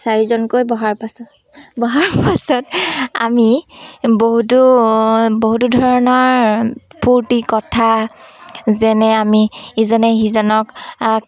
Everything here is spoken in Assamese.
চাৰিজনকৈ বহাৰ পাছত বহাৰ পাছত আমি বহুতো বহুতো ধৰণৰ ফূৰ্তি কথা যেনে আমি ইজনে সিজনক